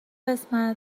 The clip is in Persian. قسمت